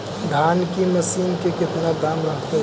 धान की मशीन के कितना दाम रहतय?